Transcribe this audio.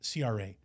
CRA